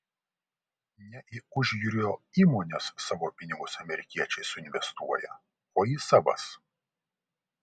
ne į užjūrio įmones savo pinigus amerikiečiai suinvestuoja o į savas